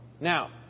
Now